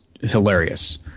hilarious